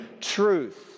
truth